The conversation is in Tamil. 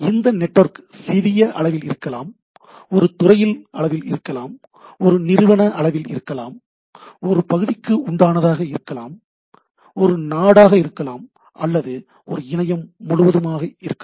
இந்த நெட்வொர்க் சிறிய அளவில் இருக்கலாம் ஒரு துறையில் இருக்கலாம் ஒரு நிறுவன அளவில் இருக்கலாம் ஒரு பகுதிக்கு உண்டானதாக இருக்கலாம் அது நாடாக இருக்கலாம் அல்லது இணையம் முழுவதுமாக இருக்கலாம்